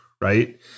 right